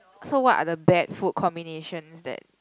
so what are the bad food combinations that